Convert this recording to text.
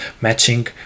matching